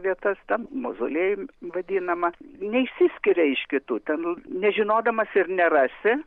vietas tam mauzoliejuj vadinama neišsiskiria iš kitų ten nežinodamas ir nerasi